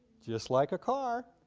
just like a car.